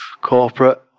corporate